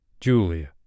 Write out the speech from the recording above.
Julia